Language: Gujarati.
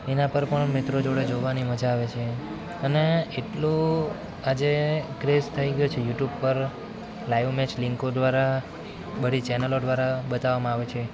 એના પર પણ મિત્રો જોડે જોવાની મજા આવે છે અને એટલો આજે ક્રેઝ થઈ ગયો છે યુટ્યુબ પર લાઈવ મેચ લીંકો દ્વારા બધી ચેનલો દ્વારા બતાવામાં આવે છે